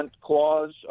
clause